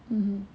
mm